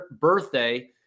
birthday